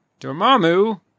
Dormammu